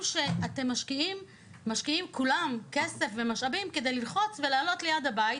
שמשקיעים כסף ומשאבים כדי לעלות ליד הבית.